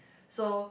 so